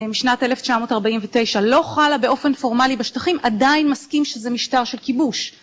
משנת 1949 לא חלה באופן פורמלי בשטחים, עדיין מסכים שזה משטר של כיבוש.